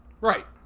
Right